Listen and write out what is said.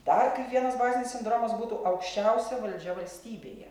dar kaip vienas bazinis sindromas būtų aukščiausia valdžia valstybėje